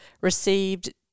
received